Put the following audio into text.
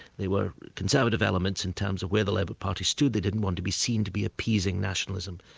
they were conservative elements in terms of where the labour party stood, they didn't want to be seen to be appeasing nationalism.